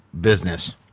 Business